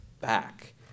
back